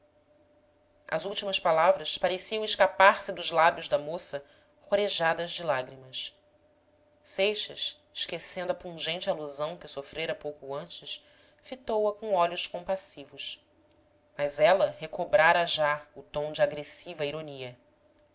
as últimas palavras pareciam escapar-se dos lábios da moça rorejadas de lágrimas seixas esquecendo a pungente alusão que sofrera pouco antes fitou-a com olhos compassivos mas ela recobrara já o tom de agressiva ironia